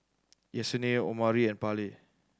Yessenia Omari and Parley